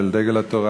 של דגל התורה,